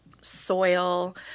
soil